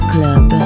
Club